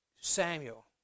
Samuel